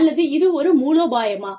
அல்லது இது ஒரு மூலோபாயமா